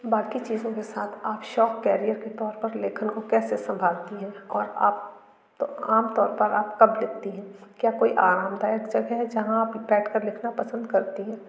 बाक़ी चीज़ों के साथ आप शौक़ कैरियर के तौर पर लेखन को कैसे संभालती हैं और आप तो आमतौर पर आप कब लिखती हैं क्या कोई आरामदायक जगह है जहाँ आप बैठ कर लिखना पसंद करती हैं